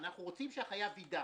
אנחנו רוצים שהחייב יידע.